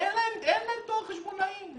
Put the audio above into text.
אין להם תואר חשבונאי.